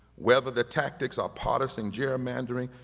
whether the tactics are partisan gerrymandering,